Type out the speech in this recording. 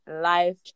life